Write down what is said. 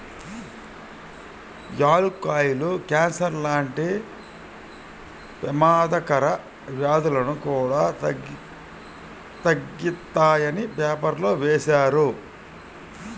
యాలుక్కాయాలు కాన్సర్ లాంటి పెమాదకర వ్యాధులను కూడా తగ్గిత్తాయని పేపర్లో వేశారు